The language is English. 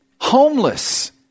Homeless